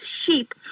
sheep